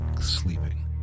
sleeping